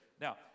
Now